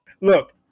look